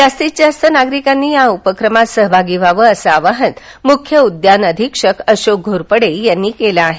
जास्तीत जास्त नागरिकांनी या उपक्रमात सहभागी व्हावं असं आवाहन मुख्य उद्यान अधीक्षक अशोक घोरपडे यांनी केलं आहे